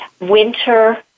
winter